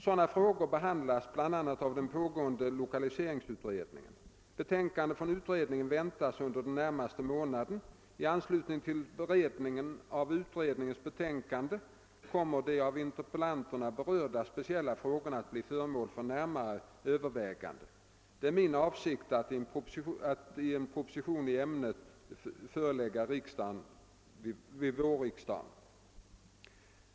Sådana frågor behandlas bl.a. av den på gående <lokaliseringsutredningen. Betänkande från utredningen väntas under den närmaste månaden. I anslutning till beredningen av utredningens betänkande kommer de av interpellanterna berörda speciella frågorna att bli föremål för närmare övervägande. Det är min avsikt att en proposition i ämnet skall föreläggas vårriksdagen.